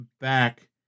back